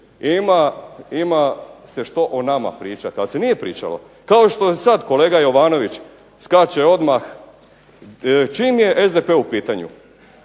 ima se što o nama pričati ali se nije pričalo. Kao što i sad kolega Jovanović skače odmah čim je SDP u pitanju.